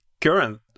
current